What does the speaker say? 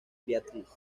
beatrice